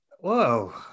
Whoa